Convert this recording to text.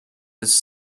his